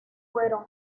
fueron